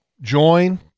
join